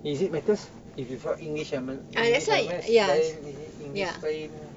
is it matters if you plot english and ma~ english and maths lain english lain